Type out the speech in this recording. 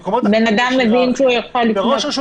בן-אדם מבין שהוא יכול לפנות לראש העיר.